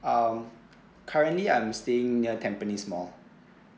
um currently I'm staying near tampines mall